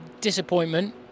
Disappointment